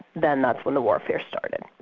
then that's when the warfare started.